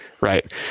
Right